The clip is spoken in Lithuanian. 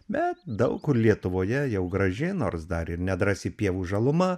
bet daug kur lietuvoje jau graži nors dar ir nedrąsi pievų žaluma